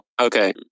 Okay